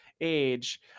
age